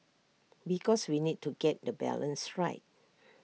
because we need to get the balance right